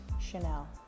Chanel